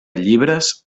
llibres